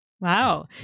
Wow